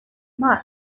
mars